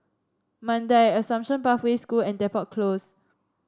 Mandai Assumption Pathway School and Depot Close